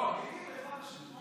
לא, מיקי, בעזרת השם.